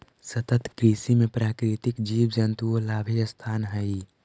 सतत कृषि में प्राकृतिक जीव जंतुओं ला भी स्थान हई